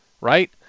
right